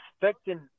expecting